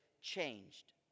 changed